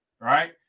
right